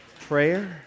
Prayer